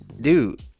Dude